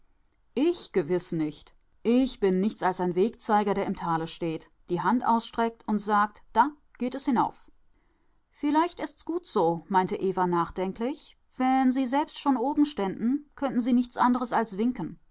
ich gewiß nicht ich bin nichts als ein wegzeiger der im tale steht die hand ausstreckt und sagt da geht es hinauf vielleicht ist's gut so meinte eva nachdenklich wenn sie selbst schon oben ständen könnten sie nichts anderes als winken